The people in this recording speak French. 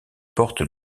porte